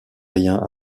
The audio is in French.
rien